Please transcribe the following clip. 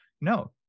No